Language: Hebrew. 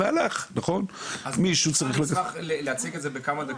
אלה שנוכחים פה ואלה